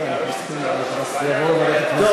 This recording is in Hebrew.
טוב, בסדר, אנחנו מסכימים, זה יעבור לוועדת הכנסת.